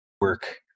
work